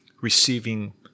receiving